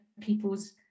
people's